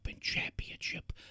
Championship